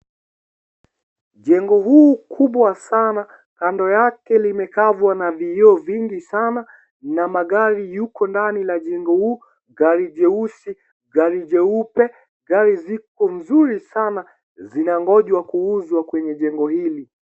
Jengo huu kubwa sana kando yake limekavea na viyoo vingi sana na magari yuko ndani ya jengo huu. Gari jeudi, gari jeupe, gari ziko mzuri sana zinang'oja kuuzwa kwenye jengo hili.